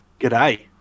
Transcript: G'day